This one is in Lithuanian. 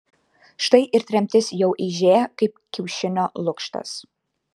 štai ir tremtis jau eižėja kaip kiaušinio lukštas